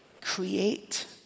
create